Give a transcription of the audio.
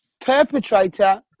perpetrator